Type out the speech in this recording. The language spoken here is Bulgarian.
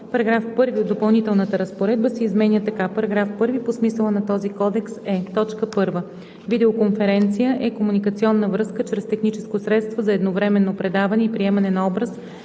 Параграф 1 от допълнителната разпоредба се изменя така: § 1. По смисъла на този кодекс: 1. „Видеоконференция“ е комуникационна връзка чрез техническо средство за едновременно предаване и приемане на образ